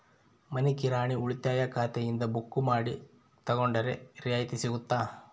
ಮನಿ ಕಿರಾಣಿ ಉಳಿತಾಯ ಖಾತೆಯಿಂದ ಬುಕ್ಕು ಮಾಡಿ ತಗೊಂಡರೆ ರಿಯಾಯಿತಿ ಸಿಗುತ್ತಾ?